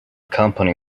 company